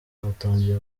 batangiye